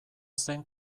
zen